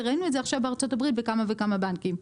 וראינו את זה בארצות הברית בכמה וכמה בנקים.